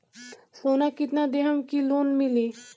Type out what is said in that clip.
सोना कितना देहम की लोन मिली?